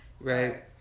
right